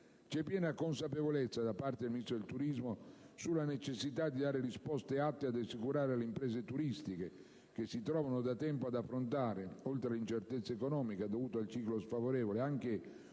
C'è piena consapevolezza da parte del Ministro del turismo sulla necessità di dare risposte atte a rassicurare le imprese turistiche, che si trovano da tempo ad affrontare, oltre all'incertezza economica, dovuta al ciclo sfavorevole, anche una